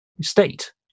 state